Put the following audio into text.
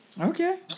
okay